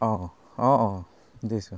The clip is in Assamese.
অঁ অঁ অঁ অঁ দিছোঁ